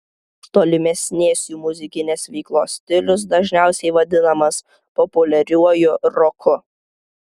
tolimesnės jų muzikinės veiklos stilius dažniausiai vadinamas populiariuoju roku